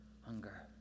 hunger